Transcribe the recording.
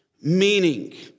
meaning